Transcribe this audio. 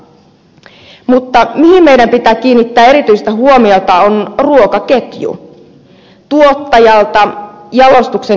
mutta se mihin meidän pitää kiinnittää erityistä huomiota on ruokaketju tuottajalta jalostuksen kautta myyntiin